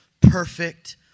perfect